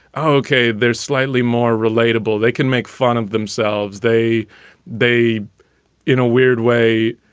oh, ok. they're slightly more relatable. they can make fun of themselves they they in a weird way,